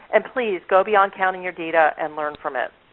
and please, go beyond counting your data, and learn from it.